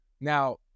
Now